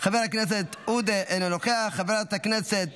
חברת הכנסת